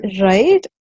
Right